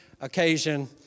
occasion